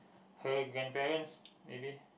her grandparents maybe